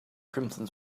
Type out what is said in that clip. crimson